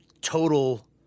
total